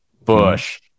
Bush